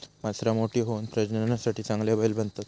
वासरां मोठी होऊन प्रजननासाठी चांगले बैल बनतत